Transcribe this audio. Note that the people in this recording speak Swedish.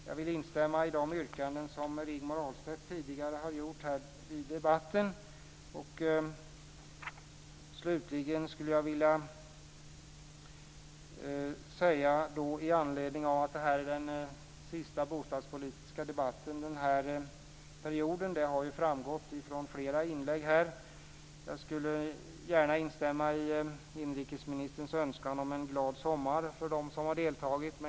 Jag vill instämma i de yrkanden som Rigmor Ahlstedt tidigare har gjort här i debatten. Slutligen vill jag i anledning av att det här är den sista bostadspolitiska debatten denna mandatperiod, vilket framgått av flera inlägg, gärna instämma i inrikesministerns önskan om en glad sommar för dem som har deltagit.